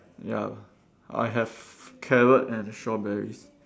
ya I have carrot and strawberries